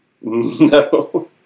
no